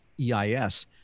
EIS